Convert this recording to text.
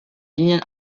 linien